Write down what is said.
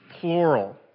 plural